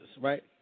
right